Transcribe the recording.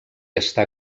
està